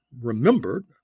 remembered